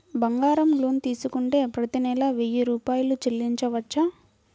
బంగారం లోన్ తీసుకుంటే ప్రతి నెల వెయ్యి రూపాయలు చెల్లించవచ్చా?